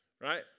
Right